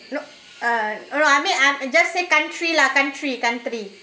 no uh I know I mean ah just say country lah country country